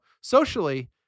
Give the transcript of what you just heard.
socially